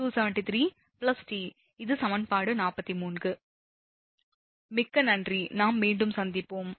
392273t இது சமன்பாடு 43